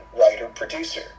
writer-producer